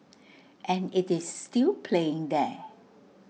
and IT is still playing there